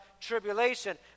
tribulation